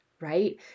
right